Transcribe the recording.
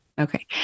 Okay